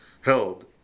held